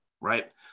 right